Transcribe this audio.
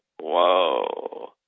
whoa